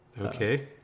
Okay